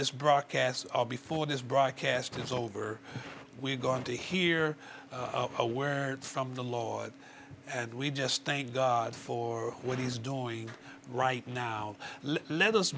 this broadcast before this broadcast is over we're going to hear aware from the lord and we just thank god for what he's doing right now let